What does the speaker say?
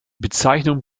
bezeichnung